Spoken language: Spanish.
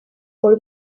por